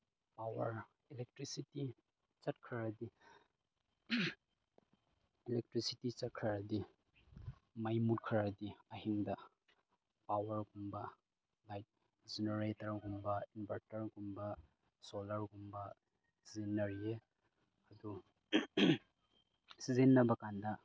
power electricity ꯆꯠꯈ꯭ꯔꯗꯤ electricity ꯆꯠꯈ꯭ꯔꯗꯤ ꯃꯩ ꯃꯨꯠꯈ꯭ꯔꯗꯤ ꯑꯍꯤꯡꯗ ꯄꯥꯋꯔꯒꯨꯝꯕ ꯂꯥꯏꯛ ꯖꯦꯅꯦꯔꯦꯇꯔꯒꯨꯝꯕ ꯏꯟꯕꯔꯇꯔꯒꯨꯝꯕ ꯁꯣꯜꯂꯔꯒꯨꯝꯕ ꯁꯤꯖꯤꯟꯅꯔꯤꯌꯦ ꯑꯗꯨ ꯁꯤꯖꯤꯟꯅꯕ ꯀꯥꯟꯗ